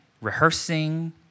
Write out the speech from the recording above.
rehearsing